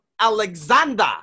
Alexander